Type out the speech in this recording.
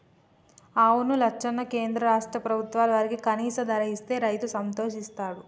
అవును లచ్చన్న కేంద్ర రాష్ట్ర ప్రభుత్వాలు వారికి కనీస ధర ఇస్తే రైతు సంతోషిస్తాడు